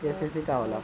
KCC का होला?